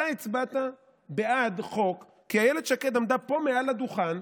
אתה הצבעת בעד החוק כי אילת שקד עמדה פה מעל הדוכן,